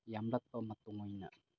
ꯌꯥꯝꯂꯛꯄ ꯃꯇꯨꯡ ꯑꯣꯏꯅ